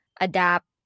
adapt